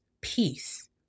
peace